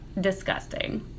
disgusting